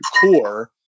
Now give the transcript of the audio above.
core